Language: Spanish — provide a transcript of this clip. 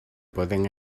pueden